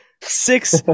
Six